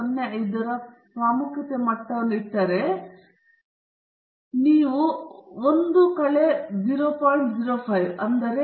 05 ರಂತೆ ಪ್ರಾಮುಖ್ಯತೆಯ ಮಟ್ಟವನ್ನು ಇಟ್ಟರೆ ನೀವು 1 ಮೈನಸ್ 0